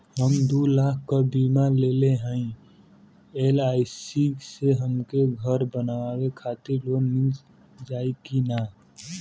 हम दूलाख क बीमा लेले हई एल.आई.सी से हमके घर बनवावे खातिर लोन मिल जाई कि ना?